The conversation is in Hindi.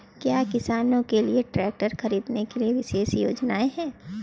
क्या किसानों के लिए ट्रैक्टर खरीदने के लिए विशेष योजनाएं हैं?